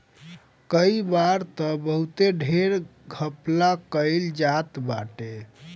कई बार तअ बहुते ढेर घपला कईल जात बाटे